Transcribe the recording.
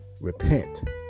repent